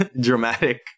dramatic